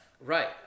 Right